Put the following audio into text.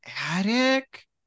attic